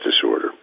disorder